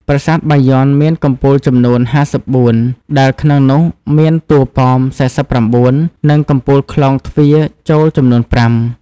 ប្រាសាទបាយ័នមានកំពូលចំនួន ៥៤ ដែលក្នុងនោះមានតួប៉ម ៤៩ និងកំពូលក្លោងទ្វារចូលចំនួន ៥។